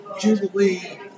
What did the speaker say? Jubilee